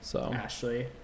Ashley